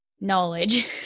knowledge